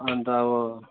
अन्त अब